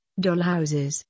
Dollhouses